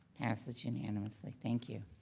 passes unanimously, thank you.